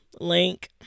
link